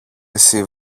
εσύ